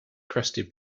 crusty